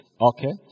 Okay